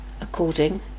according